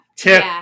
Tip